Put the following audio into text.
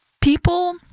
people